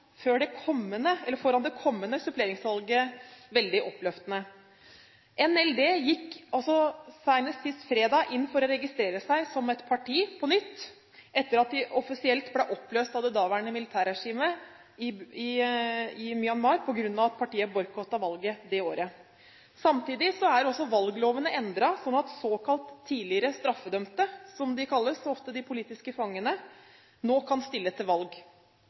foran det kommende suppleringsvalget veldig oppløftende. NLD gikk senest sist fredag inn for å registrere seg som et parti på nytt, etter at de offisielt ble oppløst av det daværende militærregimet i Myanmar på grunn av at partiet boikottet valget det året. Samtidig er også valglovene endret, slik at såkalt tidligere straffedømte – som de ofte kalles, de politiske fangene – nå kan stille til valg.